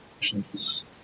emotions